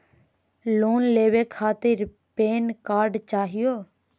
Loan लेवे खातीर PAN card चाहियो?